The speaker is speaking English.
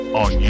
on